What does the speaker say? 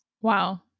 Wow